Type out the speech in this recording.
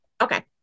Okay